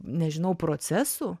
nežinau procesų